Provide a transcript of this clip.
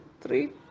three